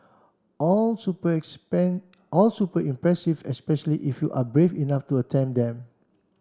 all super all super impressive especially if you are brave enough to attempt them